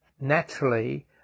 naturally